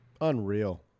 Unreal